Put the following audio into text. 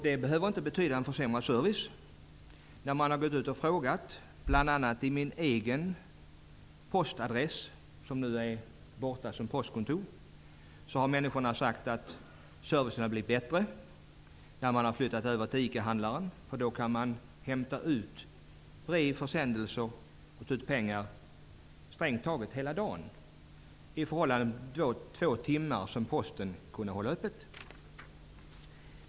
Det behöver inte betyda en försämrad service. När man har gått ut och frågat människor -- bl.a. på min egen postadress, som nu är borta som postkontor -- har de sagt servicen har blivit bättre när den flyttats till ICA-handlaren. Där kan man hämta ut brev, försändelser och pengar praktiskt taget hela dagen. Detta skall jämföras med de två timmar som postkontoret kunde hålla öppet.